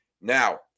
Now